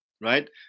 right